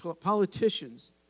politicians